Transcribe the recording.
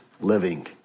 living